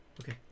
okay